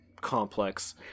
complex